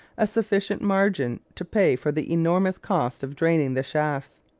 a sufficient margin to pay for the enormous cost of draining the shafts.